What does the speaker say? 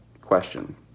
question